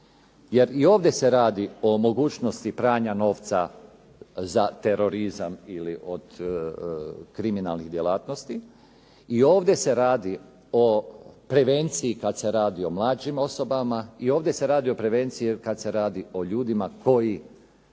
jer i ovdje se radi o mogućnosti pranja novca za terorizam ili od kriminalnih djelatnosti i ovdje se radi o prevenciji kad se radi o mlađim osobama i ovdje se radi o prevenciji kad se radi o ljudima koji